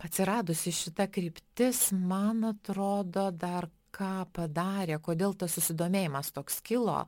atsiradusi šita kryptis man atrodo dar ką padarė kodėl tas susidomėjimas toks kilo